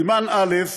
סימן א'